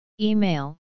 Email